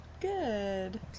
Good